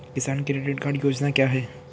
किसान credit card योजना क्या है?